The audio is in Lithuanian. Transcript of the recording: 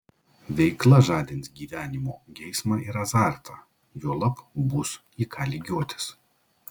veikla žadins gyvenimo geismą ir azartą juolab bus į ką lygiuotis